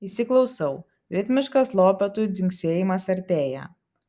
įsiklausau ritmiškas lopetų dzingsėjimas artėja